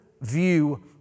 view